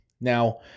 Now